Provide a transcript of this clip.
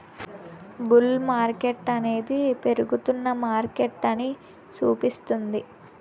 bull మార్కెట్టనేది పెరుగుతున్న మార్కెటని సూపిస్తుంది